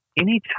anytime